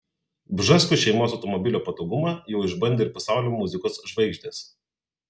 bžeskų šeimos automobilio patogumą jau išbandė ir pasaulio muzikos žvaigždės